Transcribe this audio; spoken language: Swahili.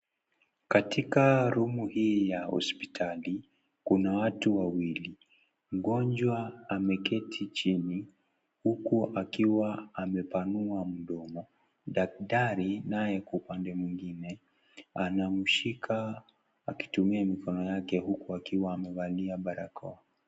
Katika room hii ya hospitali kuna watu wawili mgonjwa ameketi chini huku akiwa amepanua mdomo daktari naye kwa upande mwingine anaushika akitumia mikono yake huku akiwa amevalia barakoa.